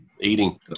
eating